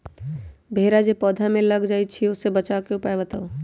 भेरा जे पौधा में लग जाइछई ओ से बचाबे के उपाय बताऊँ?